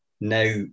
Now